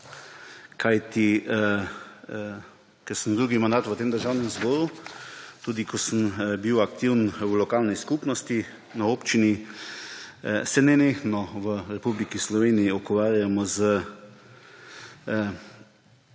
Ker sem drugi mandat v tem državnem zboru, tudi ko sem bil aktiven v lokalni skupnosti, na občini, se nenehno v Republiki Sloveniji ukvarjamo s